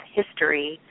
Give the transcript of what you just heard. history